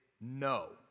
no